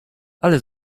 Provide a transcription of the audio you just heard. ale